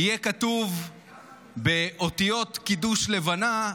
יהיה כתוב באותיות קידוש לבנה: